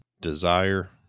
desire